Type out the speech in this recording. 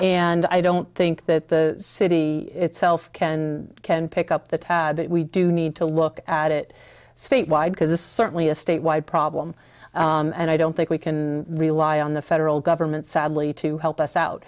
and i don't think that the city itself can can pick up the tab but we do need to look at it statewide because it's certainly a state wide problem and i don't think we can rely on the federal government sadly to help us out